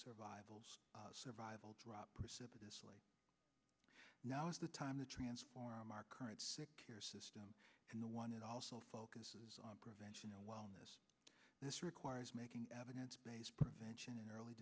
survival survival drop precipitously now's the time to transform our current sick care system in the one it also focuses on prevention and wellness this requires making evidence based prevention early